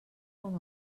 com